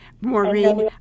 Maureen